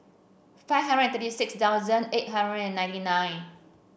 five hundred and thirty six thousand eight hundred and ninety nine